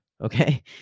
okay